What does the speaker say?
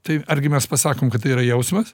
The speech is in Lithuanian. tai argi mes pasakom kad tai yra jausmas